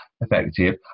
effective